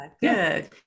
good